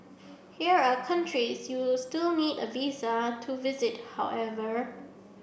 here are countries you still need a visa to visit however